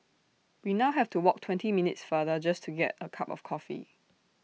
we now have to walk twenty minutes farther just to get A cup of coffee